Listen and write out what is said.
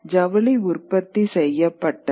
ஜவுளி உற்பத்தி செய்யப்பட்டது